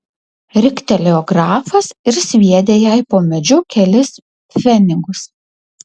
riktelėjo grafas ir sviedė jai po medžiu kelis pfenigus